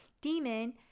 demon